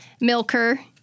Milker